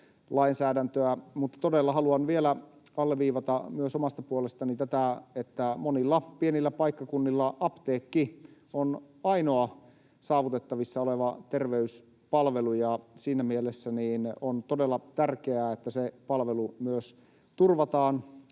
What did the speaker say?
haluan vielä alleviivata myös omasta puolestani tätä, että monilla pienillä paikkakunnilla apteekki on ainoa saavutettavissa oleva terveyspalvelu ja siinä mielessä on todella tärkeää, että se palvelu myös turvataan.